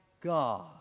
God